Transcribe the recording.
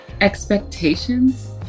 expectations